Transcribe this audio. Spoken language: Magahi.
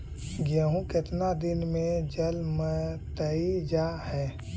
गेहूं केतना दिन में जलमतइ जा है?